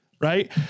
Right